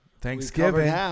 Thanksgiving